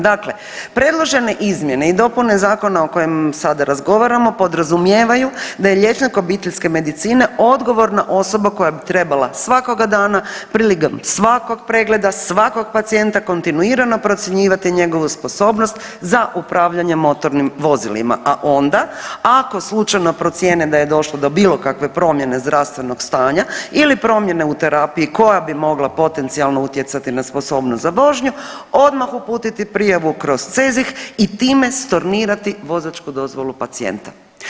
Dakle, predložene izmjene i dopune zakona o kojem sada razgovaramo podrazumijevaju da je liječnik obiteljske medicine odgovorna osoba koja bi trebala svakoga dana prilikom svakog pregleda, svakog pacijenta kontinuirano procjenjivati njegovu sposobnost za upravljanje motornim vozilima, a onda ako slučajno procijene da je došlo do bilo kakve promjene zdravstvenog stanja ili promjene u terapiji koja bi mogla potencijalno utjecati na sposobnost za vožnju odmah uputiti prijavu kroz CEZIH i time stornirati vozačku dozvolu pacijenta.